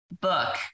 book